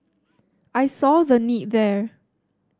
I saw the need there